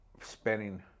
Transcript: spending